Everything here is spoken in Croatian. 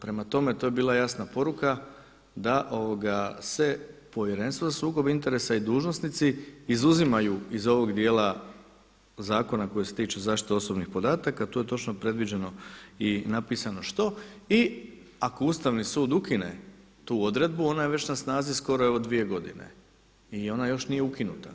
Prema tome to je bila jasna poruka da se Povjerenstvo za sukob interesa i dužnosnici izuzimaju iz ovog dijela zakona koji se tiču zaštite osobnih podataka, to je točno predviđeno i napisano što i ako Ustavni sud ukine tu odredbu ona je već na snazi skoro evo dvije godine i ona još nije ukinuta.